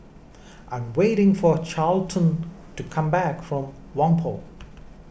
I am waiting for Carleton to come back from Whampoa